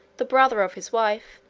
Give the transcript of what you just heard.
the brother of his wife,